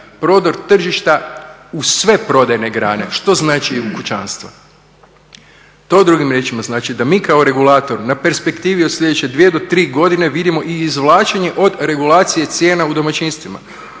prodor tržišta u sve prodajne grane što znači i u kućanstva. To drugim riječima znači da mi kao regulator na perspektivi od sljedeće 2 do 3 godine vidimo i izvlačenje od regulacije cijena u domaćinstvima.